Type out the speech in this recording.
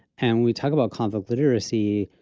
and we talk about conflict literacy.